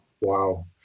Wow